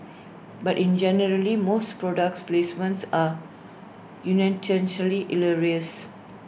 but in generally most product placements are union hilarious